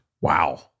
Wow